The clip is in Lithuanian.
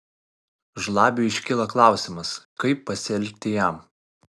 žlabiui iškyla klausimas kaip pasielgti jam